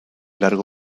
largo